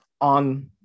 on